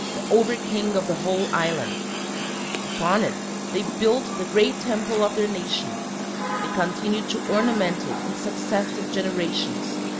the over-king of the whole island upon it they built the great temple of their nation they continued to ornament it in successive generations,